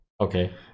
okay